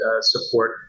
support